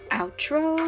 outro